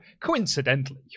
coincidentally